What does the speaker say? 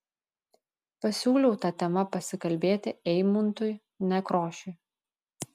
pasiūliau ta tema pasikalbėti eimuntui nekrošiui